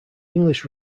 english